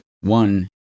one